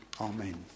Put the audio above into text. Amen